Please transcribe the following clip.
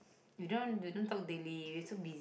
we don't we don't talk daily we're so busy